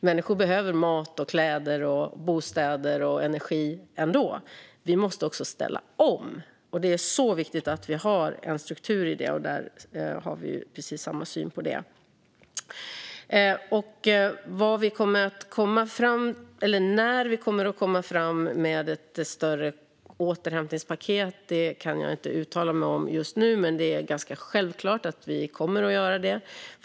Människor behöver mat, kläder, bostäder och energi ändå, och vi måste därför också ställa om. Det är viktigt att vi har en struktur i det. Vi har precis samma syn på det. När vi kommer att komma fram med ett större återhämtningspaket kan jag inte uttala mig om just nu, men det är ganska självklart att vi kommer att göra det.